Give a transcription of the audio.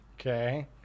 Okay